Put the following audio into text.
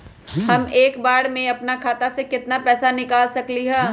हम एक बार में अपना खाता से केतना पैसा निकाल सकली ह?